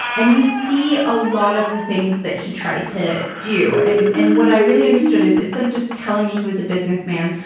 and you see a lot of the things that he tried to do. and and what i really understood is instead of just telling me he was a businessman,